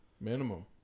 minimum